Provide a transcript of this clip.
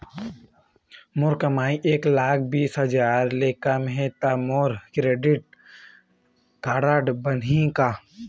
मोर कमाई एक लाख बीस हजार ले कम हे त मोर क्रेडिट कारड बनही का?